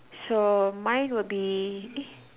so mine will be